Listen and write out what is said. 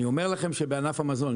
בענף המזון,